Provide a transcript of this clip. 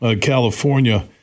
California